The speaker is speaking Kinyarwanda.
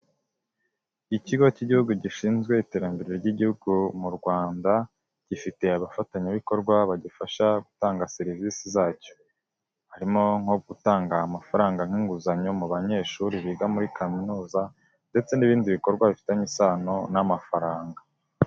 Ikigo cy'Igihugu gishinzwe iterambere ry'Igihugu mu Rwanda gifite abafatanyabikorwa bagifasha gutanga serivisi zacyo. Harimo nko gutanga amafaranga nk'inguzanyo mu banyeshuri biga muri kaminuza ndetse n'ibindi bikorwa bifitanye isano n'amafaranga.